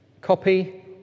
Copy